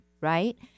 right